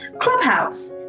Clubhouse